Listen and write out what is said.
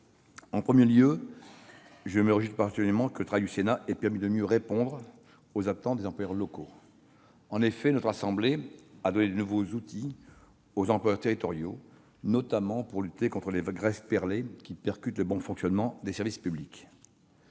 apports du Sénat. Je me réjouis tout particulièrement que le travail au Sénat ait permis de mieux répondre aux attentes des employeurs locaux. En effet, notre assemblée a donné de nouveaux outils aux employeurs territoriaux, notamment pour lutter contre les grèves perlées qui perturbent le bon fonctionnement des services publics.